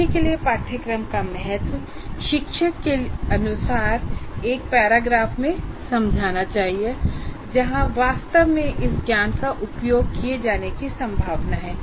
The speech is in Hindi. पेशे के लिए पाठ्यक्रम का महत्व शिक्षक के शब्दों में एक पैराग्राफ में समझाया जाना चाहिए जहां वास्तव में इस ज्ञान का उपयोग किए जाने की संभावना है